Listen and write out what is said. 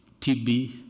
TB